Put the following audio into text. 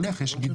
אבל יש גידול?